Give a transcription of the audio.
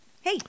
hey